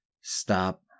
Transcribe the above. Stop